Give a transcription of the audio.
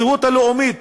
הזהות הלאומית